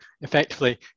effectively